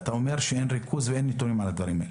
אתה אומר שאין ריכוז נתונים על הדברים האלה.